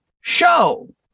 show